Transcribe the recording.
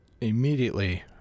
immediately